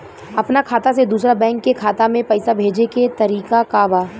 अपना खाता से दूसरा बैंक के खाता में पैसा भेजे के तरीका का बा?